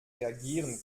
reagieren